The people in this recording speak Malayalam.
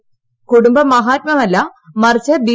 ക്കുടുംബ് മാഹാത്മ്യമല്ല മറിച്ച് ബി